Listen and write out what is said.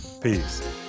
Peace